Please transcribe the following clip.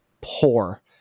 poor